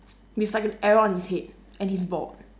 with like an arrow on his head and he's bald